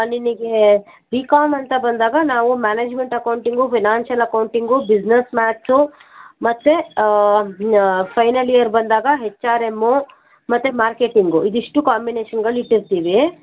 ನಿನಗೆ B com ಅಂತ ಬಂದಾಗ ನಾವು management accounting financial accounting business maths ಮತ್ತು ಫೈನಲ್ ಇಯರ್ ಬಂದಾಗ ಹೆಚ್ ಆರ್ ಎಮ್ಮು ಮತ್ತು ಮಾರ್ಕೆಟಿಂಗು ಇದಿಷ್ಟು ಕಾಂಬಿನೇಷನ್ಗಳು ಇಟ್ಟಿರ್ತೀವಿ